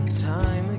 time